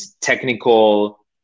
technical